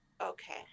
Okay